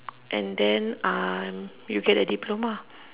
and then um you get a diploma